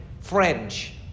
French